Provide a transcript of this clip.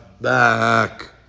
back